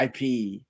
IP